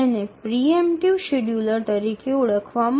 এগুলিকে pre emptive scheduler হিসাবে ডাকা হয়